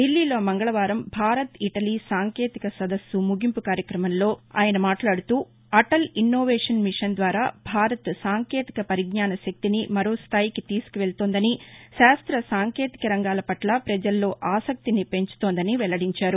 దిల్లీలో మంగకవారం భారత్ ఇటలీ సాంకేతిక సదస్సు ముగింపు కార్యక్రమంలో మాట్లాడుతూఅటల్ ఇన్నోవేషన్ మిషన్ ద్వారా భారత్ సాంకేతిక పరిజ్ఞాన శక్తిని మరోస్టాయికి తీసుకువెళుతోందని శాస్త్ర సాంకేతిక రంగాల పట్ల పజల్లో ఆసక్తిని పెంచుతోందని వెల్లడించారు